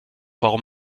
warum